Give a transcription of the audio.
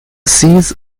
seeds